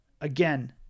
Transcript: again